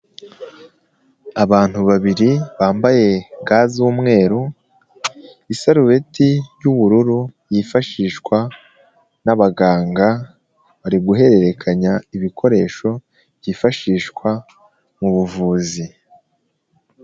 Abantu babiri bambaye ga z'umweru isarubeti y'ubururu yifashishwa n'abaganga, bari guhererekanya ibikoresho byifashishwa mu buvuzi.